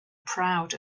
proud